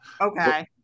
Okay